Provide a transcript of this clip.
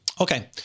Okay